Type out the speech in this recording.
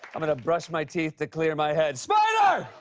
i'm going to brush my teeth to clear my head. spider!